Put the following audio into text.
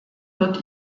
wird